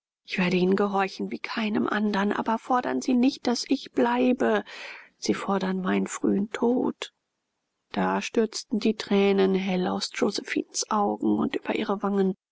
ich werde ihnen gehorchen wie keinem andern aber fordern sie nicht daß ich bleibe sie fordern meinen frühen tod da stürzten die tränen hell aus josephinens augen und über ihre wangen